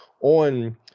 on